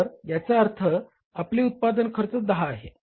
तर याचा अर्थ आपले उत्पादन खर्च 10 आहे